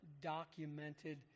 documented